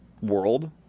world